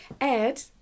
Ed